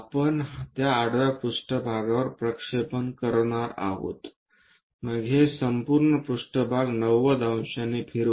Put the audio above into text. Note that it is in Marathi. आपण त्या आडवा पृष्ठभागात प्रक्षेपण करणार आहोत मग हे संपूर्ण पृष्ठभाग 90 अंशांनी फिरवा